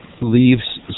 leaves